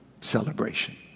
celebration